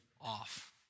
off